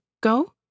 go